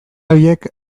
horiek